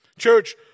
Church